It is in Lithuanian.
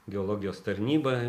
geologijos tarnyba